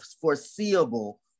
foreseeable